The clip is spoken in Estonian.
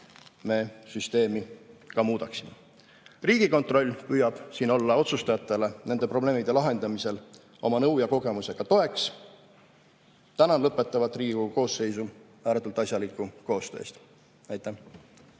me süsteemi ka muudaksime. Riigikontroll püüab siin olla otsustajatele nende probleemide lahendamisel oma nõu ja kogemusega toeks. Tänan lõpetavat Riigikogu koosseisu ääretult asjaliku koostöö eest! Aitäh!